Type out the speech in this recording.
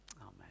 Amen